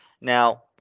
now